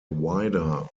wider